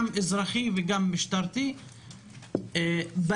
גם אזרחי וגם משטרתי; בנגב,